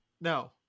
No